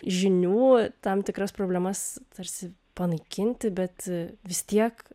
žinių tam tikras problemas tarsi panaikinti bet vis tiek